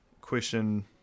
question